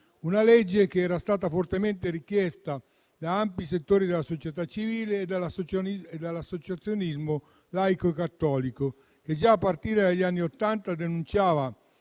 una legge che era stata fortemente richiesta da ampi settori della società civile e dell'associazionismo laico e cattolico, che già a partire dagli anni '80 denunciavano